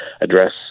address